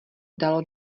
dalo